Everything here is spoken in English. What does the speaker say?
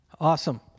Awesome